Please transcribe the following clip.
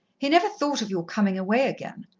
he never thought of your coming away again.